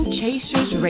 Chasers